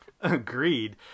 Agreed